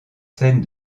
scènes